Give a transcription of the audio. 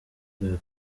kureba